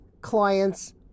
clients